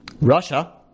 Russia